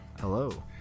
Hello